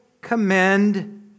commend